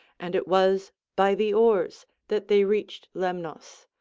and it was by the oars that they reached lemnos,